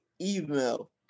email